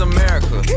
America